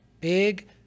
big